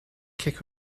kick